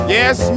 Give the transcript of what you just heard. Yes